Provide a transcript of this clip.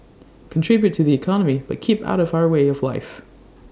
contribute to the economy but keep out of our way of life